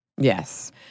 Yes